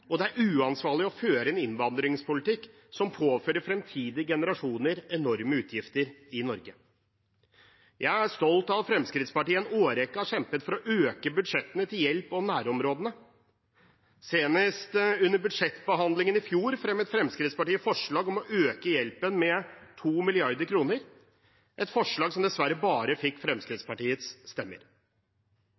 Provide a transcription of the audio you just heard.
og det er uansvarlig å føre en innvandringspolitikk som påfører fremtidige generasjoner enorme utgifter i Norge. Jeg er stolt av at Fremskrittspartiet i en årrekke har kjempet for å øke budsjettene til hjelp i nærområdene. Senest under budsjettbehandlingen i fjor fremmet Fremskrittspartiet forslag om å øke hjelpen med 2 mrd. kr, et forslag som dessverre bare fikk Fremskrittspartiets stemmer.